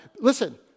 Listen